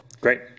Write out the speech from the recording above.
Great